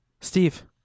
Steve